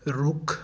ਰੁੱਖ